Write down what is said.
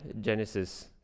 Genesis